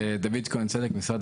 דוד כהן צדק משרד